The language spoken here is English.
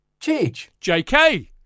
JK